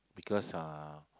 because uh